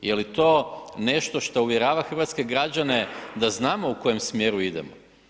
Je li to nešto šta uvjerava hrvatske građane da znamo u kojem smjeru idemo?